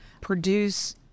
produce